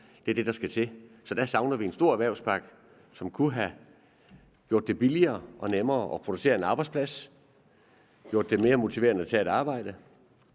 er det, der skal til. Der savner vi en stor erhvervspakke, som kunne have gjort det billigere og nemmere at producere på arbejdspladserne, gjort det mere motiverende at tage et arbejde,